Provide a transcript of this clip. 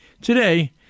Today